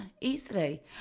easily